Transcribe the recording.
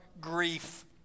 grief